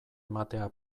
ematea